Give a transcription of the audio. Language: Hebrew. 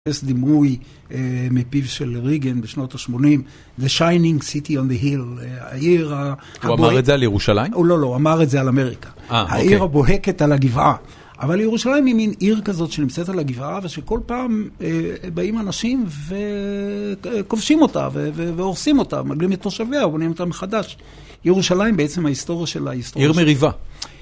יש דימוי מפיו של ריגן בשנות ה-80, The Shining City on the Hill, העיר הבוהקת... הוא אמר את זה על ירושלים? הוא לא לא, הוא אמר את זה על אמריקה, העיר הבוהקת על הגבעה. אבל ירושלים היא מין עיר כזאת שנמצאת על הגבעה, ושכל פעם באים אנשים וכובשים אותה, והורסים אותה, מגלים את תושביה, בונים אותה מחדש. ירושלים בעצם ההיסטוריה של ההיסטוריה של... עיר מריבה.